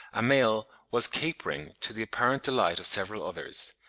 a male was capering, to the apparent delight of several others.